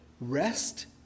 rest